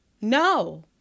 no